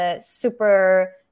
super